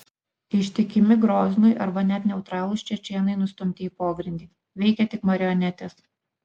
ištikimi groznui arba net neutralūs čečėnai nustumti į pogrindį veikia tik marionetės